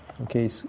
Okay